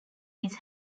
his